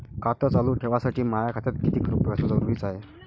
खातं चालू ठेवासाठी माया खात्यात कितीक रुपये असनं जरुरीच हाय?